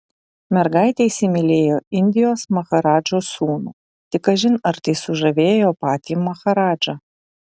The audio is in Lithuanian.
mergaitė įsimylėjo indijos maharadžos sūnų tik kažin ar tai sužavėjo patį maharadžą